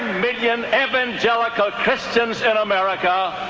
million evangelical christians in america,